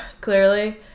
clearly